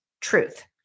truth